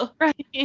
right